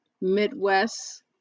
Midwest